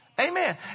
Amen